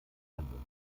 handeln